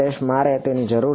Erમારે તેની જરૂર છે